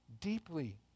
deeply